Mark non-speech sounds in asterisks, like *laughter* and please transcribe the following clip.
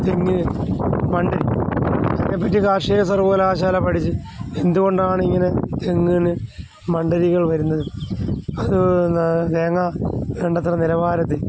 ഇതിൻ്റെ ഫണ്ട് *unintelligible* കാർഷിക സർവ്വകലാശാല പഠിച്ചു എന്തുകൊണ്ടാണ് ഇങ്ങനെ തെങ്ങുകളിൽ മണ്ഡരികൾ വരുന്നത് അത് തേങ്ങ വേണ്ടത്ര നിലവാരത്തിൽ